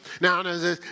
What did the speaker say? Now